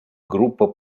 группа